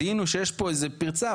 זיהינו שיש פה איזה פרצה?